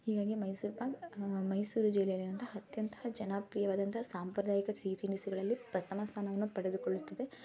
ಹೀಗಾಗಿ ಮೈಸೂರು ಪಾಕ್ ಮೈಸೂರು ಜಿಲ್ಲೆಯಲ್ಲಿರುವಂತಹ ಅಂತ್ಯಂತ ಜನಪ್ರಿಯವಾದಂತಹ ಸಾಂಪ್ರದಾಯಿಕ ಸಿಹಿ ತಿನಿಸುಗಳಲ್ಲಿ ಪ್ರಥಮ ಸ್ಥಾನವನ್ನು ಪಡೆದುಕೊಳ್ಳುತ್ತದೆ